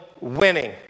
winning